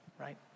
right